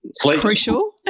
crucial